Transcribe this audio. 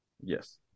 Yes